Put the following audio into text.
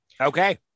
Okay